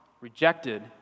rejected